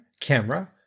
camera